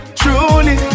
truly